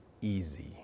easy